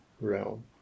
realm